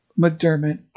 mcdermott